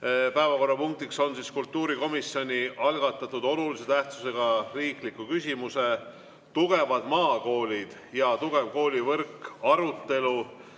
Päevakorrapunktiks on kultuurikomisjoni algatatud olulise tähtsusega riikliku küsimuse "Tugevad maakoolid ja tugev koolivõrk" arutelu.